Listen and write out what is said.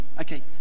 Okay